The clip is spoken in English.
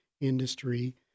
industry